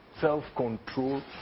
self-control